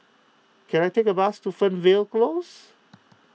can I take a bus to Fernvale Close